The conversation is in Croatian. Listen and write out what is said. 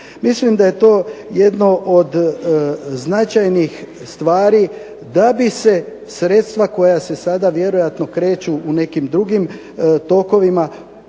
Mislim da je to jedno od značajnih stvari da bi se sredstva koja se sada vjerojatno kreću u nekim drugim tokovima